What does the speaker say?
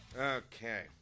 okay